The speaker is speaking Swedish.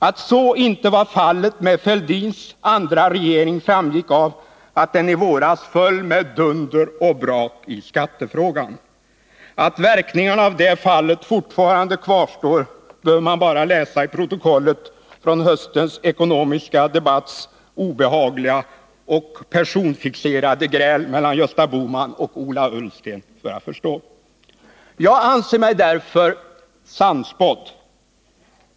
Att så inte var fallet med Thorbjörn Fälldins andra regering framgick av att den i våras föll med dunder och brak i skattefrågan. Att verkningarna av det fallet fortfarande kvarstår behöver man bara läsa om i protokollet från höstens ekonomiska debatts obehagliga och personfixerade gräl mellan Gösta Bohman och Ola Ullsten för att förstå. Jag anser mig därför sannspådd.